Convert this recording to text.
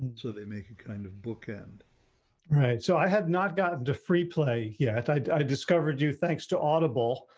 so they make a kind of bookend right, so i have not gotten to free play. yeah, i discovered you thanks to audible,